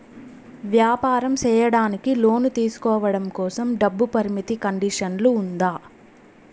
వ్యాపారం సేయడానికి లోను తీసుకోవడం కోసం, డబ్బు పరిమితి కండిషన్లు ఉందా?